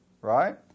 right